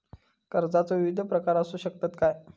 कर्जाचो विविध प्रकार असु शकतत काय?